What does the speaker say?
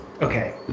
okay